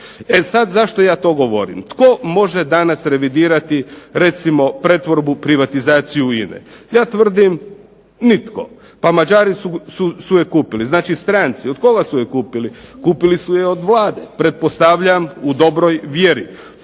E sad zašto ja to govorim? Tko može danas revidirati recimo pretvorbu, privatizaciju INA-e? Ja tvrdim nitko. Pa Mađari su je kupili, znači stranci. Od koga su je kupili, kupili su je od Vlade pretpostavljam u dobroj vjeri.